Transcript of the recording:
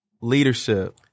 leadership